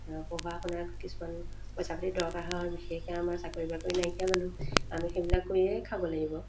পঢ়োৱা শুনোৱাত কিছুমান পইচা পাতি দৰকাৰ হয় বিশেষকৈ আমাৰ চাকৰি বাকৰি নাইকিয়া মানুহ আমি সেইবিলাক কৰিয়ে খাব লাগিব